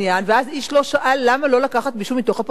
ואז איש לא שאל למה לא לקחת מישהו מתוך הפרקליטות,